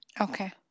Okay